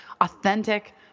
authentic